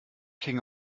king